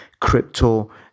crypto